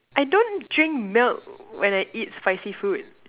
I don't drink milk when I eat spicy food